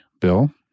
Bill